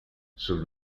sul